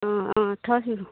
অঁ অঁ থৈছোঁ